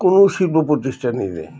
কোনো শিল্প প্রতিষ্ঠানই নেই